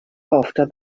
after